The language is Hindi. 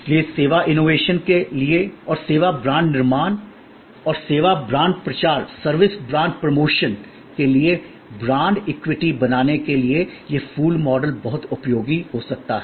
इसलिए सेवा इनोवेशन के लिए और सेवा ब्रांड निर्माण और सेवा ब्रांड प्रचार सर्विस ब्रांड प्रमोशन के लिए ब्रांड इक्विटी बनाने के लिए यह फूल मॉडल बहुत उपयोगी हो सकता है